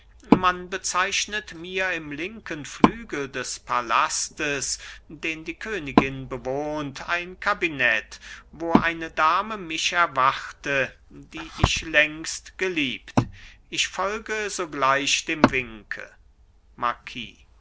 man bezeichnet mir im linken flügel des palastes den die königin bewohnt ein kabinett wo eine dame mich erwarte die ich längst geliebt ich folge sogleich dem winke